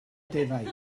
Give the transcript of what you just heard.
defaid